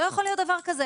לא יכול להיות דבר כזה.